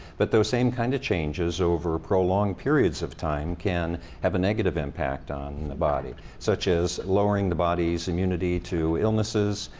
but those same kind of changes over prolonged periods of time can have a negative impact on the body, such as lowering the body's immunity to illnesses,